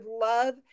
love